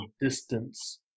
distance